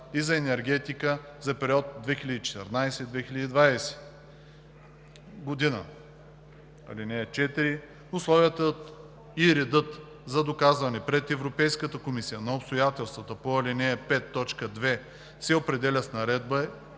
и за енергетика за периода 2014 – 2020 г. (4) Условията и редът за доказване пред Европейската комисия на обстоятелствата по ал. 5, т. 2 се определят с наредба,